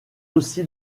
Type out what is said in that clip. aussi